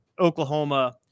Oklahoma